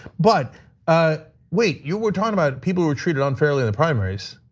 but ah wait. you were talking about people who were treated unfairly in the primaries.